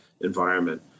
environment